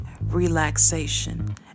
relaxation